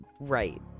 Right